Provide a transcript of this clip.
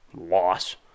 Loss